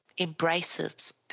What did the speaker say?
embraces